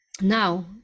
now